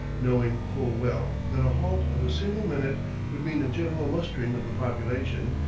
knowing full well that a halt of a single minute would mean a general mustering of the population,